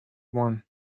one